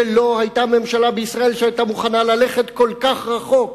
שלא היתה ממשלה בישראל שהיתה מוכנה ללכת כל כך רחוק.